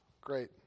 great